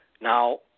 Now